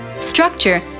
structure